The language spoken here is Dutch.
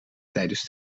tijdens